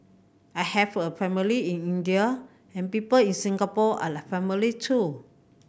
I have a family in India and people in Singapore are like family too